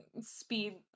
speed